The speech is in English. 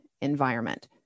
environment